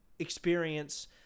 experience